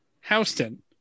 Houston